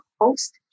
host